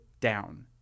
down